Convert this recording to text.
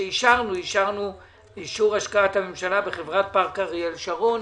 אישרנו את אישור השקעת הממשלה בחברת פארק אריאל שרון,